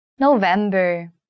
November